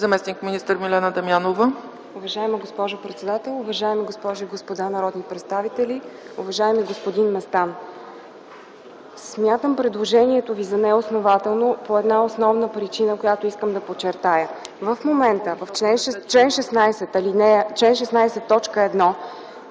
ЗАМЕСТНИК-МИНИСТЪР МИЛЕНА ДАМЯНОВА: Уважаема госпожо председател, уважаеми госпожи и господа народни представители! Уважаеми господин Местан, смятам предложението Ви за неоснователно по една основна причина, която искам да подчертая. Цитирам чл. 16,